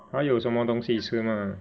还有什么东西吃呢